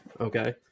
Okay